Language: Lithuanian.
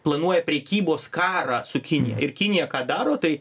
planuoja prekybos karą su kinija ir kinija ką daro tai